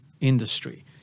industry